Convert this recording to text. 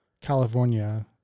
California –